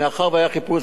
מאחר שהיה חיפוש,